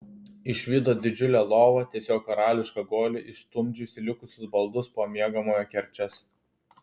išvydo didžiulę lovą tiesiog karališką guolį išstumdžiusį likusius baldus po miegamojo kerčias